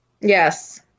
yes